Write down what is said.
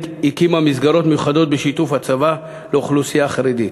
הקימה מסגרות מיוחדות בשיתוף הצבא לאוכלוסייה החרדית.